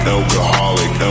Alcoholic